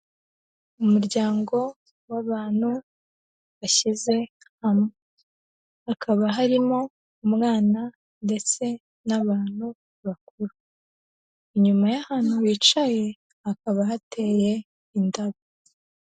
Umuryango w'abantu bashyize hamwe. Hakaba harimo umwana ndetse n'abantu bakuru, inyuma y'ahantu bicaye hakaba hateye indabo.